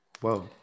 whoa